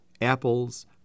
apples